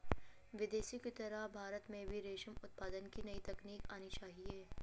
विदेशों की तरह भारत में भी रेशम उत्पादन की नई तकनीक आनी चाहिए